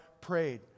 prayed